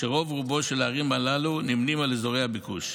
ורוב-רובן של הערים הללו נמנות עם אזורי הביקוש.